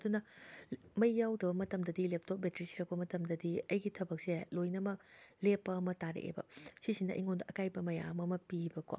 ꯑꯗꯨꯅ ꯃꯩ ꯌꯥꯎꯗꯕ ꯃꯇꯝꯗꯗꯤ ꯂꯦꯞꯇꯣꯞ ꯕꯦꯇ꯭ꯔꯤ ꯁꯤꯔꯛꯄ ꯃꯇꯝꯗꯗꯤ ꯑꯩꯒꯤ ꯊꯕꯛꯁꯦ ꯂꯣꯏꯅꯃꯛ ꯂꯦꯞꯄ ꯑꯃ ꯇꯥꯔꯛꯑꯦꯕ ꯁꯤꯁꯤꯅ ꯑꯩꯉꯣꯟꯗ ꯑꯀꯥꯏꯕ ꯃꯌꯥꯝ ꯑꯃ ꯄꯤꯑꯕꯀꯣ